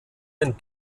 ein